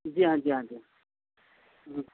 جی ہاں جی ہاں جی جی